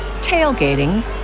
tailgating